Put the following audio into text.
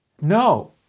No